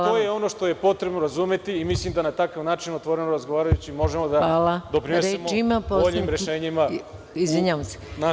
To je ono što je potrebno razumeti i mislim da na takav način, otvoreno razgovarajući, možemo da doprinesemo boljim rešenjima u našoj Skupštini.